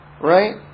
right